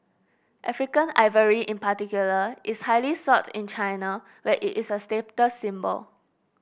African ivory in particular is highly sought in China where it is a status symbol